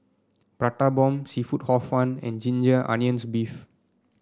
Prata Bomb seafood Hor Fun and Ginger Onions beef